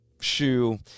shoe